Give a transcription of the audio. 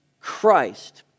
Christ